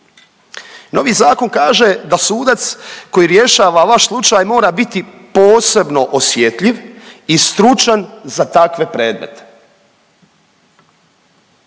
Novi zakon kaže da sudac koji rješava vaš slučaj mora biti posebno osjetljiv i stručan za takve predmete.